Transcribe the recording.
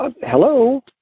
Hello